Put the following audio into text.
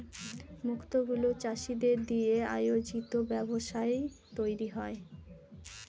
মুক্ত গুলো চাষীদের দিয়ে আয়োজিত ব্যবস্থায় তৈরী হয়